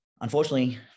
Unfortunately